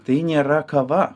tai nėra kava